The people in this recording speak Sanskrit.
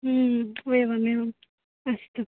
एवम् एवम् अस्तु